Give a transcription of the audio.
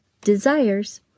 desires